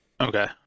Okay